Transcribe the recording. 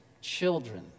children